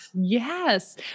Yes